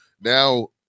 now